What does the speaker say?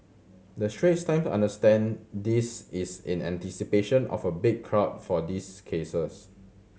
the Straits Times understand this is in anticipation of a big crowd for these cases